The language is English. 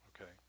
okay